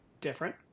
different